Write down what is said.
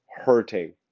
hurting